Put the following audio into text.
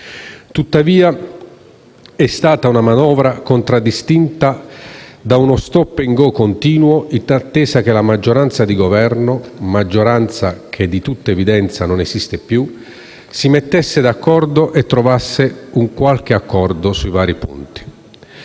Tuttavia la manovra è stata contraddistinta da uno *stop and go* continuo, in attesa che la maggioranza di Governo (maggioranza che - come è di tutta evidenza -non esiste più) si mettesse d'accordo e trovasse una qualche intesa sui vari punti.